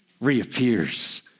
reappears